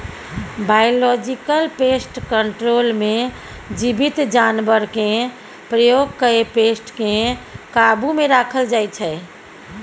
biological pest control मे जीबित जानबरकेँ प्रयोग कए पेस्ट केँ काबु मे राखल जाइ छै